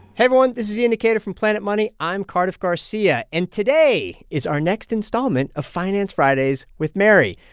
everyone. this is the indicator from planet money. i'm cardiff garcia. and today is our next installment of finance fridays with mary,